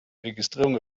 registrierung